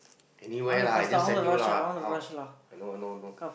anywhere lah I just send you lah how I know I know I know